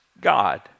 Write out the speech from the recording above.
God